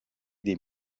des